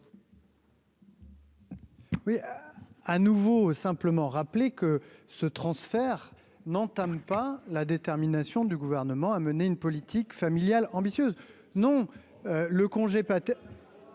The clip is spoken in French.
Oui, à nouveau, simplement rappeler que ce transfert n'entament pas la détermination du gouvernement à mener une politique familiale ambitieuse non le congé le